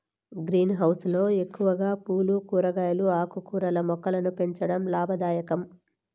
green house లో ఎక్కువగా పూలు, కూరగాయలు, ఆకుకూరల మొక్కలను పెంచడం లాభదాయకం